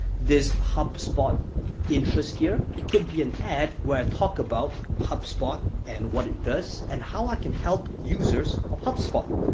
this hubspot interest here could be an ad where i talk about hubspot and what it does and how i can help users of hubspot.